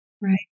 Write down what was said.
right